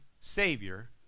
savior